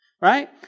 right